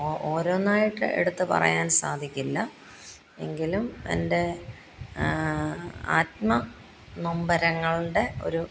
ഓ ഓരോന്നായിട്ട് എടുത്ത് പറയാൻ സാധിക്കില്ല എങ്കിലും എൻ്റെ ആത്മ നൊമ്പരങ്ങളുടെ ഒരു